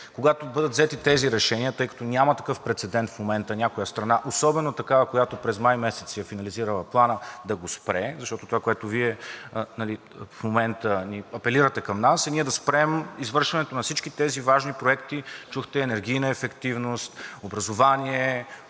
Когато бъдат взети тези решения, тъй като няма такъв прецедент в момента някоя страна, особено такава, която през май месец си е финализирала Плана, да го спре, защото това, което Вие в момента апелирате към нас, е ние да спрем извършването на всички тези важни проекти – чухте енергийна ефективност, образование,